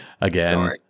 again